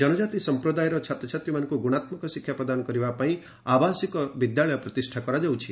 ଜନଜାତି ସଂପ୍ରଦାୟର ଛାତ୍ରଛାତ୍ରୀମାନଙ୍କୁ ଗୁଣାତ୍ମକ ଶିକ୍ଷା ପ୍ରଦାନ କରିବା ପାଇଁ ଆବାସିକ ବିଦ୍ୟାଳୟ ପ୍ରତିଷା କରାଯାଉଛି